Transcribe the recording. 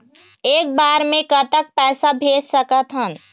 एक बार मे कतक पैसा भेज सकत हन?